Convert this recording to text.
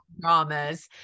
dramas